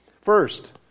First